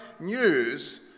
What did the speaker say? news